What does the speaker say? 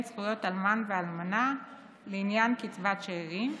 זכויות אלמן ואלמנה לעניין קצבת שאירים.